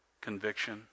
conviction